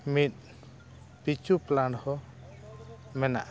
ᱢᱤᱫ ᱯᱤᱪᱷᱩ ᱯᱞᱟᱴ ᱦᱚᱸ ᱢᱮᱱᱟᱜᱼᱟ